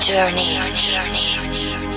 journey